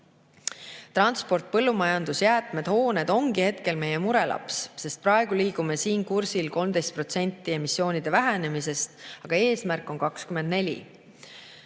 Transport, põllumajandus, jäätmed ja hooned ongi hetkel meie murelaps, sest praegu liigume siin kursil 13% emissioonide vähenemist, aga eesmärk on 24%.